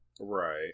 Right